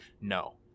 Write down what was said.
No